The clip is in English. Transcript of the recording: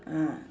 ah